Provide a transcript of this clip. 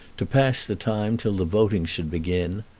to pass the time till the voting should begin.